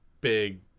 big